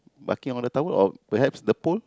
barking on the tower perhaps the pool